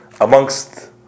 amongst